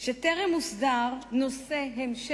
שטרם הוסדר המשך